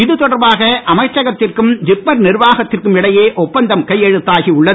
இது தொடர்பாக அமைச்சகத்திற்கும் ஜிப்மர் நிர்வாகத்திற்கும் இடையே ஒப்பந்தம் கையெழுத்தாகி உள்ளது